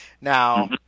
Now